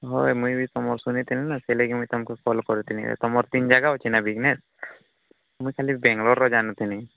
ହଉ ମୁଇଁ ବି ତମର୍ ଶୁଣିଥିଲି ନା ସେଥିଲାଗି ମୁଇଁ ତମକୁ କଲ୍ କରିଥିଲି ତମର ତିନ ଜାଗା ଅଛି ନା ବିଜ୍ନେସ୍ ମୁଇଁ ଖାଲି ବେଙ୍ଗଲୋରର ଜାଣିଥିଲି